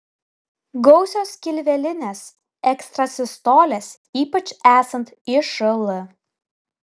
gausios skilvelinės ekstrasistolės ypač esant išl